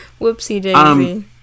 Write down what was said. Whoopsie-daisy